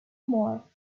more